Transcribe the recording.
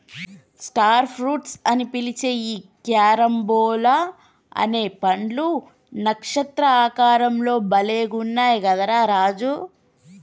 star fruits అని పిలిచే ఈ క్యారంబోలా అనే పండ్లు నక్షత్ర ఆకారం లో భలే గున్నయ్ కదా రా రాజు